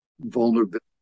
vulnerability